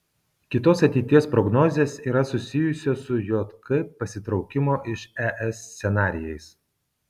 kitos ateities prognozės yra susijusios su jk pasitraukimo iš es scenarijais